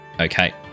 okay